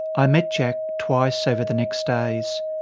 i met jack twice over the next days.